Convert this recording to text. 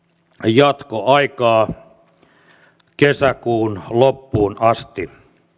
jatkoaikaa kesäkuun loppuun asti